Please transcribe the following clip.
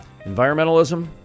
Environmentalism